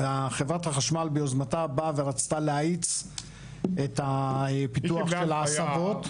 חברת החשמל ביוזמתה באה ורצתה להאיץ את הפיתוח של ההסבות.